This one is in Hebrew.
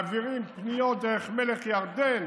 מעבירים פניות דרך מלך ירדן